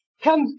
Come